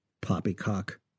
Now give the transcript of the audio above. Poppycock